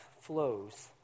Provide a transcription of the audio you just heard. flows